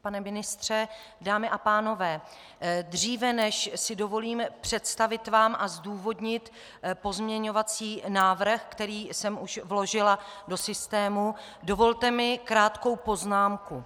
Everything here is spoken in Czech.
Pane ministře, dámy a pánové, dříve než si dovolím představit vám a zdůvodnit pozměňovací návrh, který jsem už vložila do systému, dovolte mi krátkou poznámku.